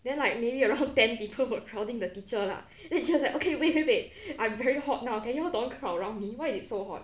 then like maybe around ten people were crowding the teacher lah then she was like okay wait wait wait I'm very hot now can you all don't crowd around me why is it so hot